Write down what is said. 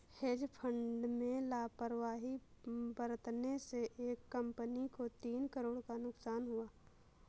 hedge fund में लापरवाही बरतने से एक कंपनी को तीन करोड़ का नुकसान हुआ